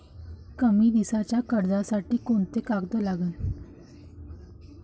कमी दिसाच्या कर्जासाठी कोंते कागद लागन?